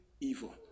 evil